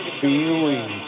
feeling